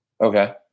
Okay